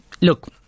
Look